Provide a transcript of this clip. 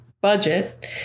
budget